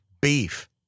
Beef